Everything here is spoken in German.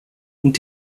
und